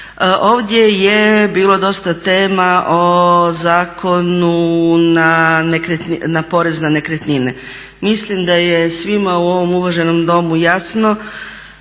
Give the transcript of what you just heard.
Ovdje je bilo dosta tema o Zakonu na porez na nekretnine. Mislim da je svima u ovom uvaženom Domu jasno